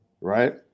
right